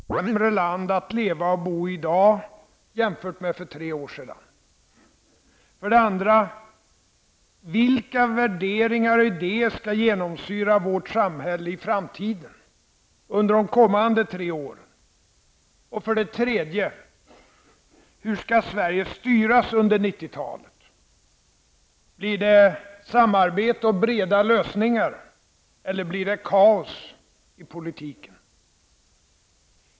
Herr talman! Under de veckor och månader som återstår till den 15 september är det tre frågor som är centrala. För det första: Är Sverige i dag ett bättre land att leva och bo i jämfört med för tre år sedan? För det andra: Vilka värderingar och idéer skall genomsyra vårt samhälle i framtiden under de kommande tre åren? För det tredje: Hur skall Sverige styras under 90 talet? Blir det samarbete och breda lösningar, eller blir det kaos i politiken?